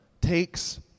takes